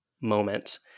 moment